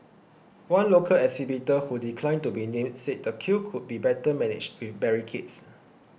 one local exhibitor who declined to be named said the queue could be better managed with barricades